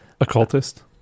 occultist